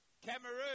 Cameroon